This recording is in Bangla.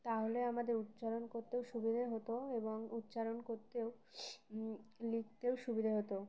তাহলে আমাদের উচ্চারণ কোত্তেও সুবিধে হতো এবং উচ্চারণ কোত্তেও লিকতেও সুবিধে হত